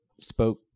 spoke